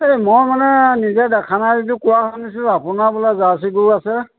এই মই মানে নিজে দেখা নাই যদিও কোৱা শুনিছোঁ আপোনাৰ বোলে জাৰ্ছী গৰু আছে